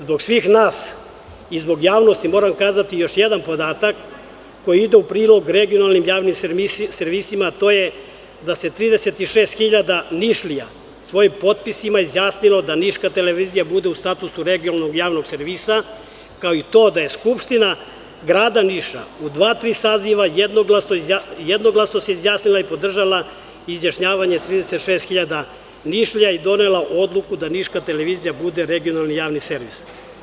Zbog svih nas i zbog javnosti moram kazati još jedan podatak koji ide u prilog regionalnih javnim servisima, a to je da se 36.000 Nišlija svojim potpisima izjasnilo da Niška televizija bude u statusu regionalnog javnog servisa, kao i to da je Skupština Grada Niša u dva, tri saziva jednoglasno se izjasnila i podržala izjašnjavanje 36.000 Nišlija i donelo odluku da Niška televizija bude regionalni javni servis.